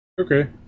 Okay